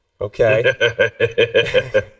okay